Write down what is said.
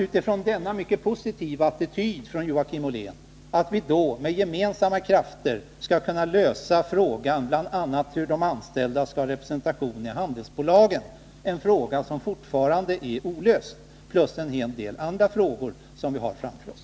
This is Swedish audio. Utifrån denna mycket positiva attityd hos Joakim Ollén hoppas jag att vi med gemensamma krafter skall kunna lösa bl.a. frågan om de anställdas representation i handelsbolagen, en fråga som fortfarande är olöst, plus en hel del andra frågor som vi har framför oss.